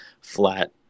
flat